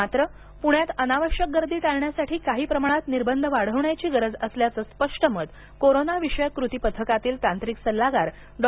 मात्र पुण्यात अनावश्यक गर्दी टाळण्यासाठी काही प्रमाणात निर्बंध वाढवण्याची गरज असल्याचं स्पष्ट मत कोरोना विषयक कृती पथकातील तांत्रिक सल्लागार डॉ